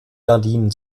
gardinen